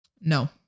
No